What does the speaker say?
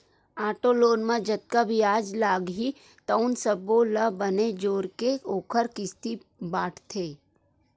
auto loan म जतका बियाज लागही तउन सब्बो ल बने जोरके ओखर किस्ती बाटथे